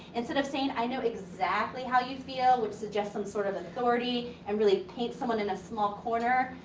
instead of saying i know exactly how you feel, which suggest some sort of authority, and really paints someone in a small corner,